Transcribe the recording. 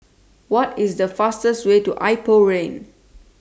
What IS The fastest Way to Ipoh Lane